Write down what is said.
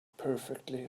perfectly